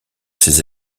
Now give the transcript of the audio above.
ses